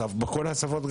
בכל השפות.